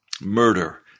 murder